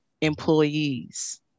employees